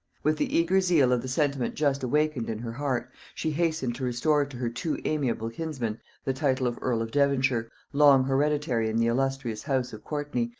with the eager zeal of the sentiment just awakened in her heart, she hastened to restore to her too amiable kinsman the title of earl of devonshire, long hereditary in the illustrious house of courtney,